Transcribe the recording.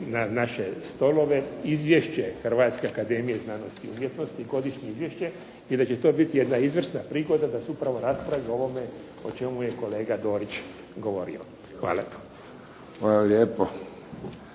na naše stolove izvješće Hrvatske akademije znanosti i umjetnosti, godišnje izvješće i da će to biti jedna izvrsna prigoda da se upravo raspravi o ovome o čemu je kolega Dorić govorio. Hvala.